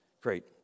Great